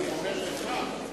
אני אומר לך,